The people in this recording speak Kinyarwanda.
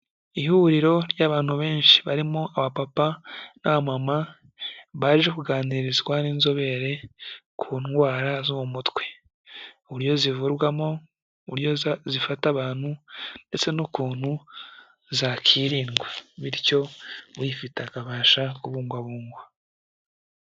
Ihuriro ry'abantu benshi barimo abapapa n'amama, baje kuganirizwa n'inzobere ku ndwara zo mu mutwe, uburyo zivurwamo, uburyo zifata abantu ndetse n'ukuntu zakirindwa, bityo uyifite akabasha kubungwabungwa.